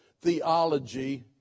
theology